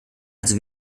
also